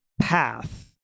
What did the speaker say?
path